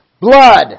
blood